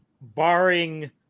barring –